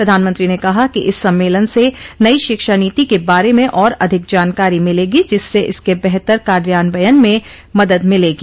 प्रधानमंत्री ने कहा कि इस सम्मलन से नई शिक्षा नीति के बारे में और अधिक जानकारी मिलेगी जिससे इसके बेहतर कार्यान्वयन में मदद मिलेगी